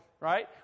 Right